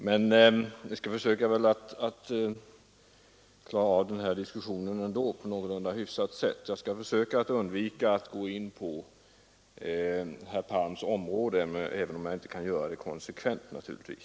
Jag skall ändå försöka klara av den här diskussionen på ett någorlunda hyfsat sätt och försöka undvika att gå in på herr Palms område, även om jag naturligtvis inte kan göra det konsekvent.